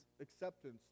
acceptance